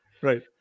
Right